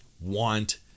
want